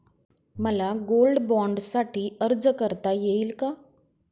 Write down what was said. मला गोल्ड बाँडसाठी अर्ज करता येईल का?